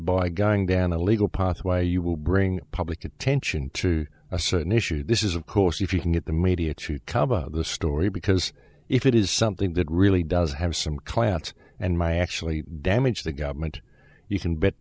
by going down the legal path why you will bring public attention to a certain issue this is of course if you can get the media to cover the story because if it is something that really does have some clout and my actually damage the government you can bet